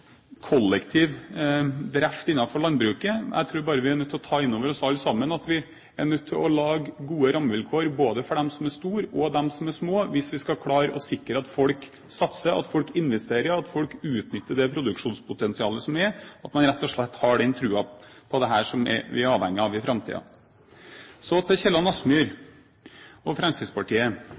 kollektiv drift innenfor landbruket. Jeg tror bare vi alle sammen må ta inn over oss at vi er nødt til å lage ha gode rammevilkår både for dem som er store, og for dem som er små, hvis vi skal klare å sikre at folk satser, at folk investerer, og at folk utnytter det produksjonspotensialet som er, at man rett og slett har den troen på dette, som vi er avhengig av i framtiden. Så til Kielland Asmyhr og